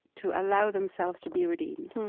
to allow themselves to be redeemed.